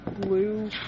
blue